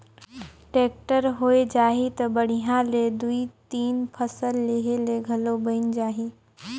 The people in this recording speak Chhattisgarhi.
टेक्टर होए जाही त बड़िहा ले दुइ तीन फसल लेहे ले घलो बइन जाही